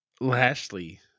Lashley